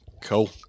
cool